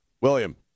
william